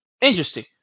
interesting